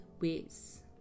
ways